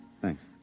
Thanks